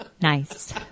Nice